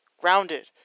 Grounded